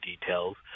details